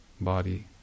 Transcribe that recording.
body